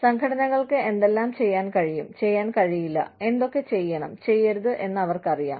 സംഘടനകൾക്ക് എന്തെല്ലാം ചെയ്യാൻ കഴിയും ചെയ്യാൻ കഴിയില്ല എന്തൊക്കെ ചെയ്യണം ചെയ്യരുത് എന്ന് അവർക്കറിയാം